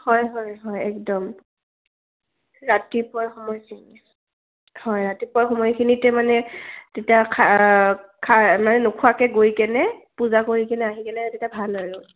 হয় হয় হয় একদম ৰাতিপুৱাৰ সময়খিনি হয় ৰাতিপুৱাৰ সময়খিনিতে মানে তেতিয়া খা খা মানে নোখোৱাকৈ গৈ কেনে পূজা কৰি কিনে আহি কিনে তেতিয়া ভাল আৰু